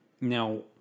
Now